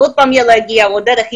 אני